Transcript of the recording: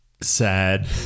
sad